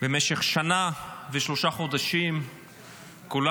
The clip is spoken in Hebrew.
עמדתנו במשך השנה ושלושה החודשים ידועה,